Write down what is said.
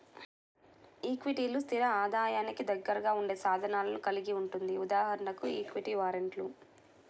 ఈక్విటీలు, స్థిర ఆదాయానికి దగ్గరగా ఉండే సాధనాలను కలిగి ఉంటుంది.ఉదాహరణకు ఈక్విటీ వారెంట్లు